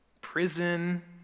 prison